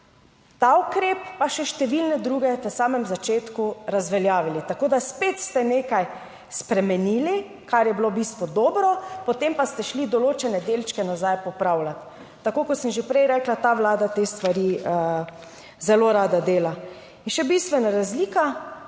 ta ukrep pa še številne druge v samem začetku razveljavili. Tako da spet ste nekaj spremenili, kar je bilo v bistvu dobro, potem pa ste šli določene delčke nazaj popravljati. Tako kot sem že prej rekla, ta Vlada te stvari zelo rada dela. In še bistvena razlika: